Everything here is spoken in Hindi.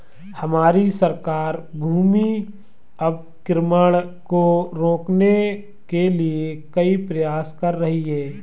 हमारी सरकार भूमि अवक्रमण को रोकने के लिए कई प्रयास कर रही है